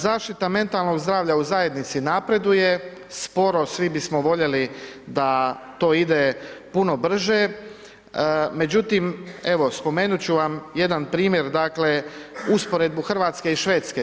Zaštita mentalnog zdravlja u zajednici napreduje, sporo, svi bismo voljeli da to ide puno brže, međutim, evo spomenut ću vam jedan primjer, dakle, usporedbu Hrvatske i Švedske.